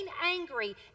angry